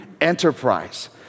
enterprise